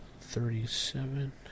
Thirty-seven